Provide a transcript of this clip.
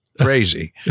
crazy